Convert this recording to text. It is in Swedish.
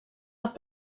att